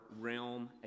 Realm